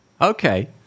Okay